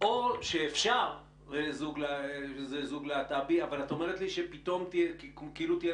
או שאפשר שזה זוג להט"בי אבל את אומרת שפתאום כאילו תהיה